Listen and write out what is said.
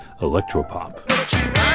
electropop